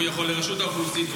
לרשות האוכלוסין,